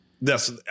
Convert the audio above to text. Yes